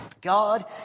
God